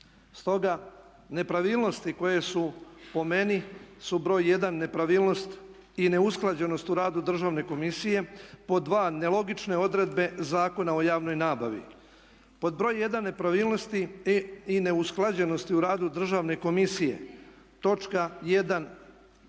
Stoga nepravilnosti koje su po meni su broj jedan nepravilnost i neusklađenost u radu Državne komisije. Pod dva nelogične odredbe Zakona o javnoj nabavi. Pod broj jedan nepravilnosti i neusklađenosti u radu Državne komisije točka 1.u svom